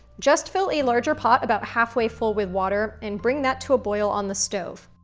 just fill a larger pot about halfway full with water and bring that to a boil on the stove.